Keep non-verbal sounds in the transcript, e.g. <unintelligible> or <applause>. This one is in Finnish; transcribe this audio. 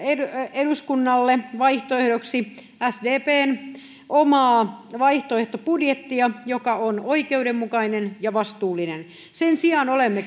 eduskunnalle vaihtoehdoksi sdpn omaa vaihtoehtobudjettia joka on oikeudenmukainen ja vastuullinen ja olemme <unintelligible>